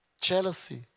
jealousy